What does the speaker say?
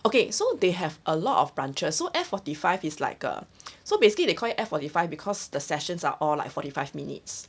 okay so they have a lot of branches so F forty five is like uh so basically they call it F forty five because the sessions are all like forty five minutes